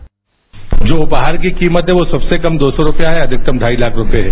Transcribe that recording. जो उपहार की कीमत है वो सबसे कम दो सौ रुपया है अधिकतम ढाई लाख रुपये है